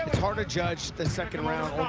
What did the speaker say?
harder judge the second